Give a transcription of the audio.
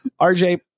RJ